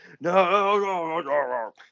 No